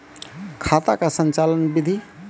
खाता का संचालन बिधि?